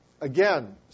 again